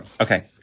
Okay